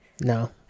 No